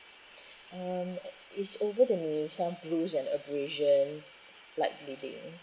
um it's over the knee some bruise and abrasion like bleeding